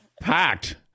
packed